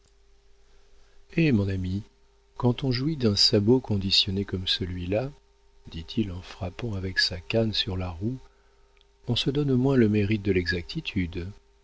eh mon ami quand on jouit d'un sabot conditionné comme celui-là dit-il en frappant avec sa canne sur la roue on se donne au moins le mérite de l'exactitude